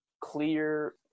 clear